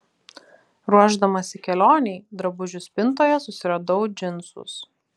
ruošdamasi kelionei drabužių spintoje susiradau džinsus